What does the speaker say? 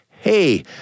hey